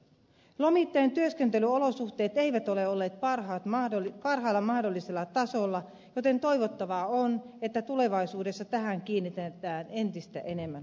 lomittajien työskentelyolosuhteet eivät ole olleet parhaalla mahdollisella tasolla joten toivottavaa on että tulevaisuudessa tähän kiinnitetään entistä enemmän huomiota